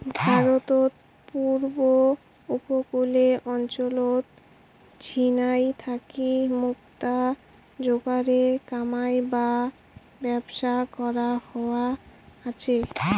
ভারতত পুব উপকূলের অঞ্চলত ঝিনাই থাকি মুক্তা যোগারের কামাই বা ব্যবসা করা হয়া আচে